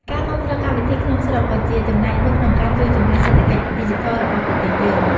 ការគាំទ្រកម្មវិធីក្នុងស្រុកក៏ជាចំណែកមួយក្នុងការជួយជំរុញសេដ្ឋកិច្ចឌីជីថលរបស់ប្រទេសយើង។